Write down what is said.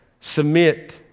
Submit